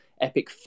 Epic